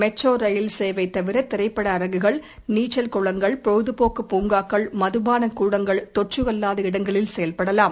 metro rail சேவைதவிரதிரைப்பட அரங்குகள் நீச்சல் குளங்கள் பொழுதபோக்கு பூங்காக்கள் மதுபானகூடங்கள் தொற்றுஅல்லாத இடங்களில் செயல்படலாம்